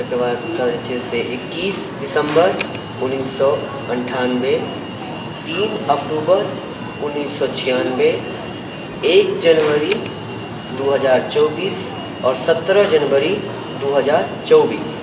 ओहि के बाद सँ जे छै से इक्कीस दिसम्बर उन्नीस सए अनठानबे तीन अक्टूबर उन्नीस सए छियानबे एक जनवरी दू हजार चौबीस आओर सत्रह जनवरी दू हजार चौबीस